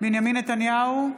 בנימין נתניהו,